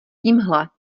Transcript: tímhle